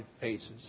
faces